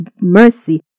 mercy